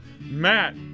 Matt